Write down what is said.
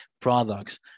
products